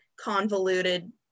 convoluted